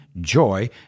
joy